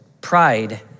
pride